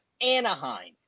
Anaheim